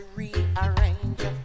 rearrange